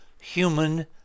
human